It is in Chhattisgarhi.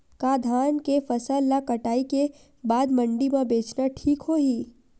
का धान के फसल ल कटाई के बाद मंडी म बेचना ठीक होही?